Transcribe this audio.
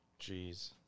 Jeez